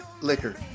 liquor